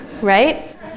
right